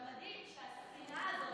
עכשיו, מדהים שהשנאה הזאת